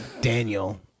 Daniel